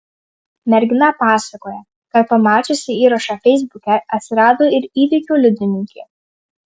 mergina pasakoja kad pamačiusi įrašą feisbuke atsirado ir įvykio liudininkė